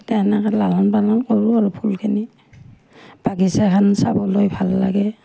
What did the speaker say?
তো এনেকৈ লালন পালন কৰোঁ আৰু ফুলখিনি বাগিচাখন চাবলৈ ভাল লাগে